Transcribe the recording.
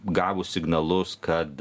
gavus signalus kad